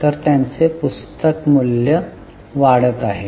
तर त्यांचे पुस्तक मूल्य वाढत आहे